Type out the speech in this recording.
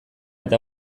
eta